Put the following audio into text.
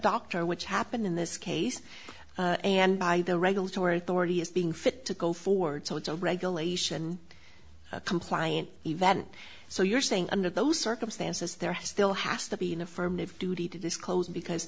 doctor which happened in this case and by the regulatory authority is being fit to go forward so it's a regulation compliant event so you're saying under those circumstances there has still has to be an affirmative duty to disclose because